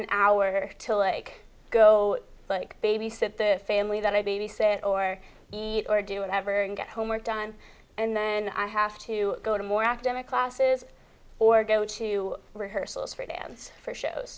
an hour to like go like babysit the family that i babysit or eat or do whatever and get homework done and then i have to go to more academic classes or go to rehearsals for dance for shows